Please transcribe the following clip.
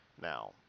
now